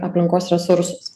aplinkos resursus